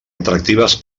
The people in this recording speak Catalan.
atractives